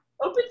Open